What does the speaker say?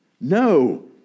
No